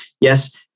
yes